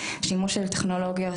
שימוש של טכנולוגיות,